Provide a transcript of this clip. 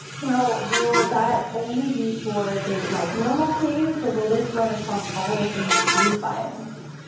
now will that only be for the like normal caves, or will this run across all of the new cave biomes?